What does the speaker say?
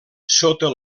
sota